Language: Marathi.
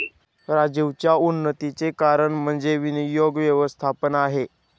राजीवच्या उन्नतीचं कारण म्हणजे विनियोग व्यवस्थापन आहे